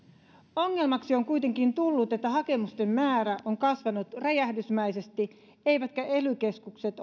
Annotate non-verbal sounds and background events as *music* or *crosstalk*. ongelmaksi on kuitenkin tullut että hakemusten määrä on kasvanut räjähdysmäisesti eivätkä ely keskukset *unintelligible*